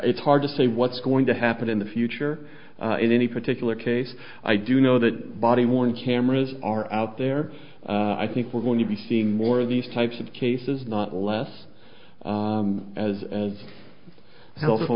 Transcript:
it's hard to say what's going to happen in the future in any particular case i do know that body one cameras are out there i think we're going to be seeing more of these types of cases not less as as hel